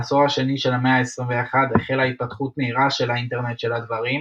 בעשור השני של המאה ה-21 החלה התפתחות מהירה של "האינטרנט של הדברים",